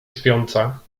śpiąca